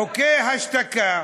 חוקי השתקה,